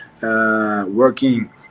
working